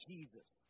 Jesus